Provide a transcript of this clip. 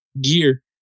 gear